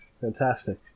Fantastic